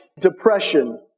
depression